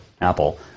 Apple